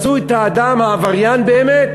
מצאו את האדם העבריין באמת,